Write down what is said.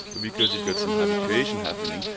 but because you've got some habituation happening,